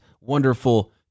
wonderful